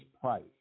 price